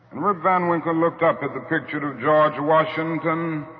rip van winkle looked up at the picture of george washington,